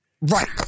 Right